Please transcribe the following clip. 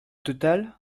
total